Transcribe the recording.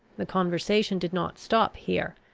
the conversation did not stop here.